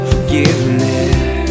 Forgiveness